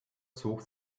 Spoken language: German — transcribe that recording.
zog